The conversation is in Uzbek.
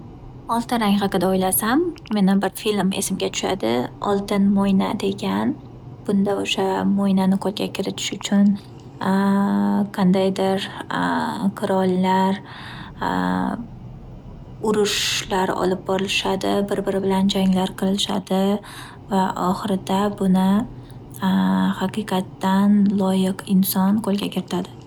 Oltin rang haqida o’ylasam meni bir film esimga tushadi. Oltin moyna degan. Bunda o’sha moynani qo’lga kiritish uchun qandaydir qurollar urushlar olib borishadi, bir biri bilan janglar qilishadi va ohirida buni haqiqatdan loyiq inson qo’lga kiritadi.